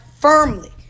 firmly